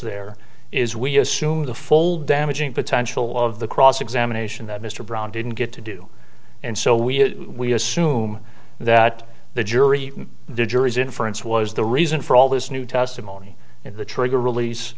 there is we assume the full damaging potential of the cross examination that mr brown didn't get to do and so we assume that the jury the jury's inference was the reason for all this new testimony in the trigger